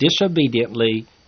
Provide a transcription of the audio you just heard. disobediently